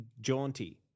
jaunty